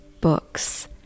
books